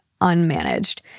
unmanaged